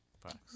Thanks